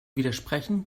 widersprechen